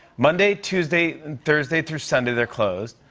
monday, tuesday, and thursday through sunday, they're closed.